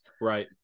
right